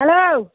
hello